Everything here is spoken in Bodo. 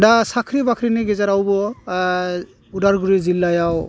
दा साख्रि बाख्रिनि गेजेरावबो अदालगुरि जिल्लायाव